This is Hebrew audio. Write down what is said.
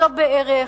לא בערך,